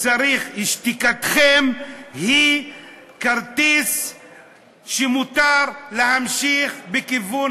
שתיקתכם היא כרטיס שמותר להמשיך בכיוון